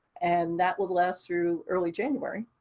and that will last through early january.